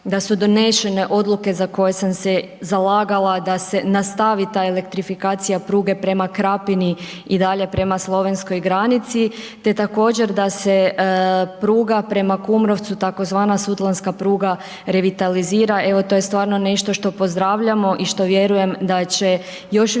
da su donešene odluke za koje sam se zalagala da se nastaviti ta elektrifikacija pruge prema Krapini i dalje prema slovenskoj granici te također da se pruga prema Kumrovcu, tzv. sutlanska pruga revitalizira, evo to je stvarno nešto što pozdravljamo i što vjerujem da će još više